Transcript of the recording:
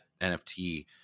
NFT